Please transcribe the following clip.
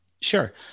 Sure